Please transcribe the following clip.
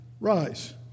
Rise